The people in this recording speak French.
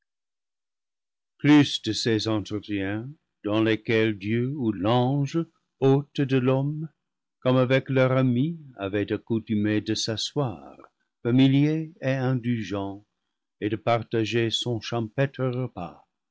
plus de ces entretiens dans lesquels dieu ou l'ange hôtes de l'homme comme avec leur ami avaient accoutumé de s'asseoir familiers et indulgents et de partager son champêtre repas